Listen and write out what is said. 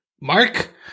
Mark